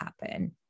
happen